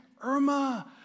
Irma